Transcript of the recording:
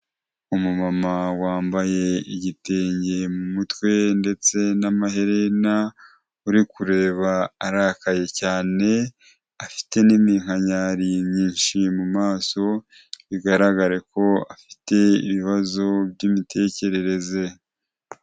Umumama wambaye igitenge mu mutwe ndetse n'amaherena, uri kureba arakaye cyane afite n'iminkanyari myinshi mu maso, bigaragare ko afite ibibazo by'imitekerereze.